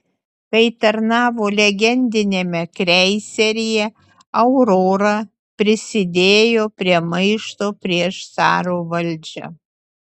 kai tarnavo legendiniame kreiseryje aurora prisidėjo prie maišto prieš caro valdžią